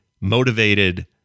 motivated